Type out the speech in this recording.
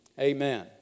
Amen